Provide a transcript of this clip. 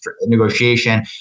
negotiation